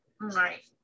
Right